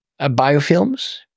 biofilms